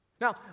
Now